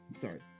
sorry